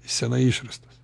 senai išrastas